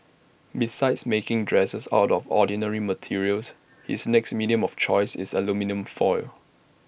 besides making dresses out of ordinary materials his next medium of choice is aluminium foil